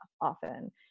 often